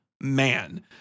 man